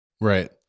right